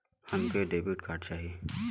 हमके debit card चाही?